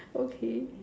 okay